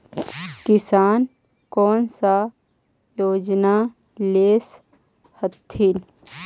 किसान कोन सा योजना ले स कथीन?